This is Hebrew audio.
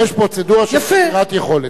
יש פרוצדורה, יש פרוצדורה של חקירת יכולת.